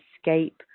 escape